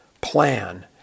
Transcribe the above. plan